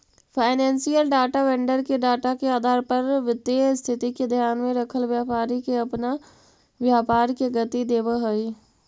financial data vendor के data के आधार पर वित्तीय स्थिति के ध्यान में रखल व्यापारी के अपना व्यापार के गति देवऽ हई